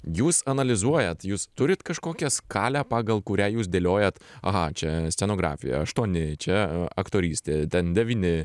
jūs analizuojat jūs turit kažkokią skalę pagal kurią jūs dėliojat aha čia scenografija aštuoni čia aktorystė ten devyni